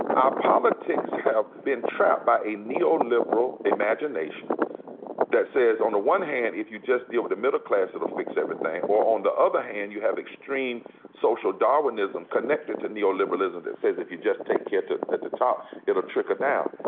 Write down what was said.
our politics have been trapped by a neoliberal imagination that says, on the one hand, if you just deal with the middle class it'll fix everything, or on the other hand, you have extreme social darwinism connected to neoliberalism that says, if you just take care at the top it'll trickle down.